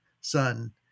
Son